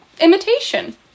imitation